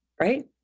right